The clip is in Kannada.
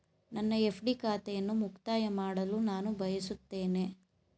ನನ್ನ ಎಫ್.ಡಿ ಖಾತೆಯನ್ನು ಮುಕ್ತಾಯ ಮಾಡಲು ನಾನು ಬಯಸುತ್ತೇನೆ